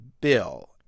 bill